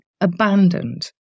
abandoned